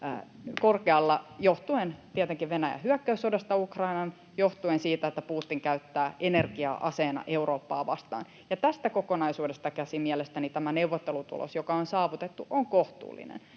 korkealla johtuen tietenkin Venäjän hyökkäyssodasta Ukrainaan, johtuen siitä, että Putin käyttää energiaa aseena Eurooppaa vastaan. Tästä kokonaisuudesta käsin mielestäni tämä neuvottelutulos, joka on saavutettu, on kohtuullinen.